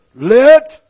Let